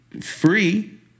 free